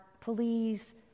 Police